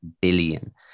billion